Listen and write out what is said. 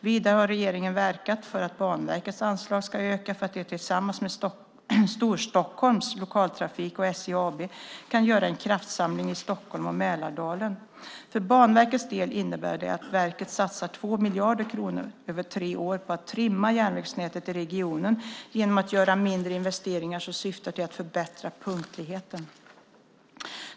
Vidare har regeringen verkat för att Banverkets anslag ska öka så att de tillsammans med Storstockholms lokaltrafik och SJ AB kan göra en kraftsamling i Stockholm och Mälardalen. För Banverkets del innebär det att verket satsar 2 miljarder kronor över tre år på att trimma järnvägsnätet i regionen genom att göra mindre investeringar som syftar till att förbättra punktligheten.